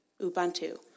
Ubuntu